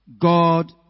God